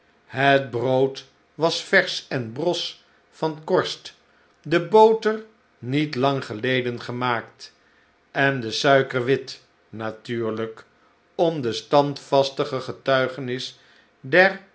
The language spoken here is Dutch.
het brood was versch en bros van korst de boter niet lang geleden gemaakt en de suiker wit natuurlijk om de standvastige getuigenis der